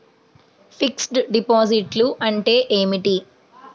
Fixed డిపాజిట్లు అంటే ఏమిటి?